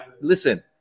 Listen